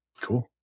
Cool